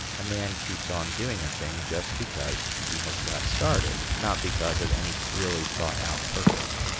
a man keeps on doing a thing just because he has got started, not because of any clearly thought-out purpose.